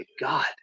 God